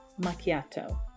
Macchiato